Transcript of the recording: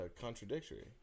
contradictory